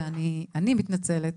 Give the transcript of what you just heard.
ואני מתנצלת